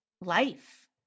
life